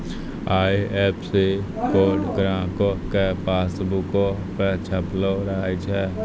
IFSC code ग्राहको के पासबुको पे छपलो रहै छै